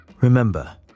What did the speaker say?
Remember